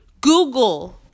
Google